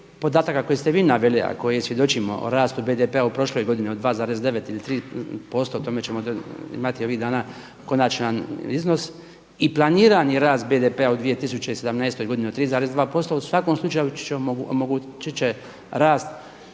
podataka koje ste vi naveli, a koje svjedočimo o rastu BDP-a u prošloj godini od 2,9 ili 3% o tome ćemo imati ovih dana konačan iznos i planirani rast BDP-a u 2017. godini od 3,2% u svakom slučaju omogućit će rast